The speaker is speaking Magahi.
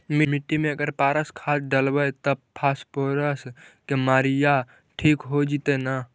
मिट्टी में अगर पारस खाद डालबै त फास्फोरस के माऋआ ठिक हो जितै न?